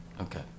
Okay